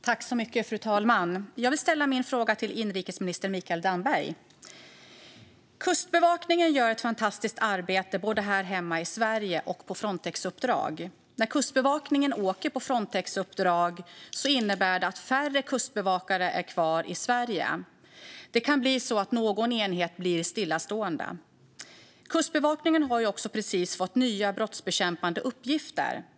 Fru talman! Jag vill ställa min fråga till inrikesminister Mikael Damberg. Kustbevakningen gör ett fantastiskt arbete både här hemma i Sverige och på Frontexuppdrag. När Kustbevakningen åker på Frontexuppdrag innebär det att färre kustbevakare finns kvar i Sverige, och det kan bli så att någon enhet blir stillastående. Kustbevakningen har precis fått nya brottsbekämpande uppgifter.